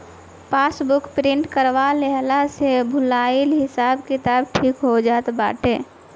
passbook print करवा लेहला से भूलाइलो हिसाब किताब ठीक हो जात बाटे